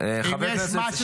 בבקשה.